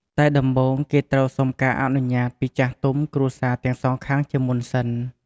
តែដំបូងគេត្រូវសុំការអនុញាត់ពីចាស់ទុំគ្រួសារទាំងសងខាងជាមុនសិន។